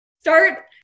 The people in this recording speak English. Start